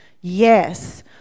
Yes